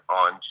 on